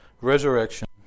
resurrection